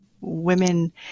Women